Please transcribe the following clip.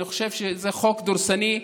אני חושב שזה חוק דורסני,